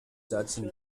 judson